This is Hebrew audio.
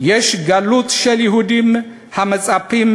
יש גלות של יהודים המצפים,